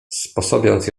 sposobiąc